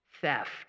theft